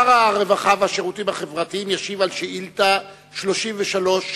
שר הרווחה והשירותים החברתיים ישיב על שאילתא מס' 33,